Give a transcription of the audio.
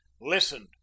listened